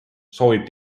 soovib